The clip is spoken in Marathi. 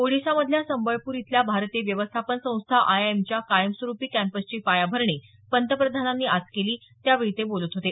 ओडिशामधल्या संबळप्र इथल्या भारतीय व्यवस्थापन संस्था आयआयएमच्या कायमस्वरुपी कॅम्पसची पायाभरणी पंतप्रधानांनी आज केली त्यावेळी ते बोलत होते